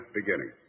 beginning